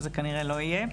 זה כנראה לא יהיה.